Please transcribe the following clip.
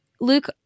Luke